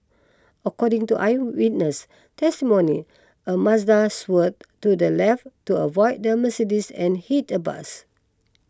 according to eyewitness testimony a Mazda swerved to the left to avoid the Mercedes and hit a bus